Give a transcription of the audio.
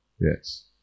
Yes